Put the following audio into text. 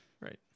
Right